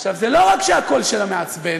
עכשיו, זה לא רק שהקול שלה מעצבן,